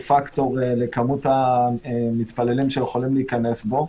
פקטור לכמות המתפללים שיכולים להיכנס בו.